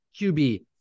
QB